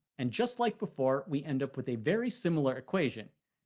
and just like before, we end up with a very similar equation.